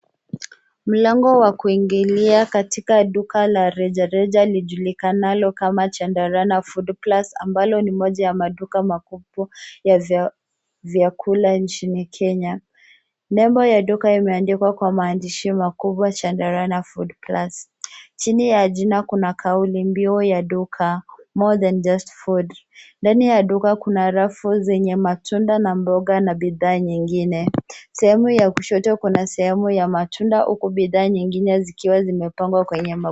Mlango wa kuingilia katika duka la rejareja lijulikanalo kama Chandarana Foodplus ambalo ni moja ya maduka kubwa ya vyakula nchini Kenya. Nembo ya duka imeandikwa kwa maandishi makubwa Chandarana Foodplus. Chini ya jina kuna kaulimbiu ya duka more than just food . Ndani ya duka kuna rafu zenye matunda na mboga na bidhaa nyingine. Sehemu ya kushoto kuna sehemu ya matunda huku bidhaa nyingine zikiwa zimepangwa kwenye ma...